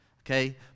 okay